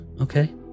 okay